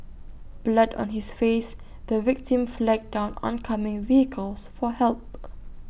blood on his face the victim flagged down oncoming vehicles for help